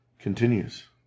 continues